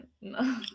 no